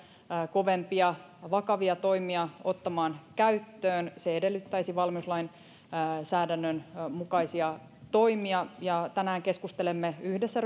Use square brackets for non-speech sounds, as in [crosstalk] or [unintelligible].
kovempia vakavia toimia ottamaan käyttöön se edellyttäisi valmiuslainsäädännön mukaisia toimia ja tänään keskustelemme yhdessä [unintelligible]